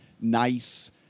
nice